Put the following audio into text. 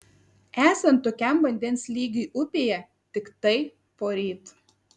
esant tokiam vandens lygiui upėje tiktai poryt